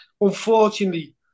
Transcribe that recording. unfortunately